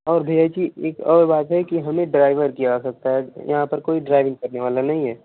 और भैया की एक और बात है कि हमें ड्राइवर की आवश्यकता है यहाँ पर कोई ड्राइविंग करने वाला नही है